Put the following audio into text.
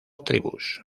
tribus